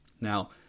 Now